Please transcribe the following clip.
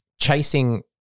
chasing